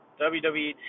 WWE